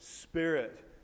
spirit